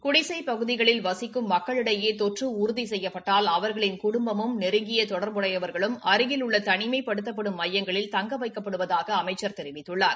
குடிசைப்பகுதிகளில் வசிக்கும் மக்களிடையே தொற்று உறுதி செய்யப்பட்டால் அவா்களின் குடுப்பமும் நெருங்கிய தொடர்புடையவர்களும் அருகில் உள்ள தனிமைப்படுத்தப்படும் மையங்களில் தங்க வைக்கப்படுவதாக அமைச்சர் தெரிவித்துள்ளார்